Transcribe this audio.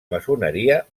maçoneria